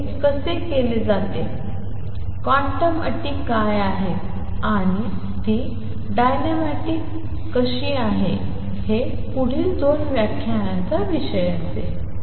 ते कसे केले जाते क्वांटम अटी काय आहेत आणि ती डायनॅमिक कशी आहे हे पुढील दोन व्याख्यानांचा विषय असेल